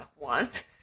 want